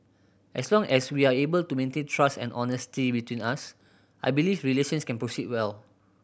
as long as we are able to maintain trust and honesty between us I believe relations can proceed well